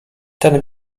ten